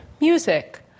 music